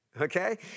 okay